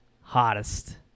hottest